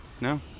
no